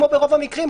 כמו ברוב המקרים,